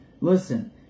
Listen